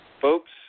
Folks